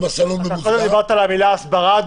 נכון אתה דיברת על המילה הסברה?